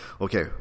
Okay